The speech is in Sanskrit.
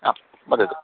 हा वदतु